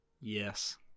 Yes